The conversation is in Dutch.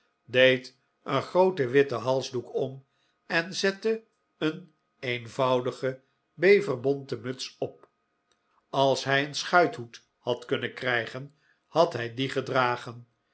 deed een grooten witten halsdoek om en zette een eenvoudige beverbonte muts op als hij een schuithoed had kunnen krijgen had hij dien gedragen